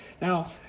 Now